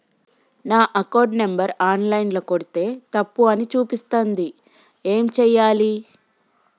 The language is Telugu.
నా అకౌంట్ నంబర్ ఆన్ లైన్ ల కొడ్తే తప్పు అని చూపిస్తాంది ఏం చేయాలి?